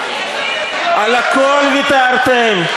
על הכול ויתרתם,